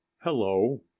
Hello